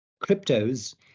cryptos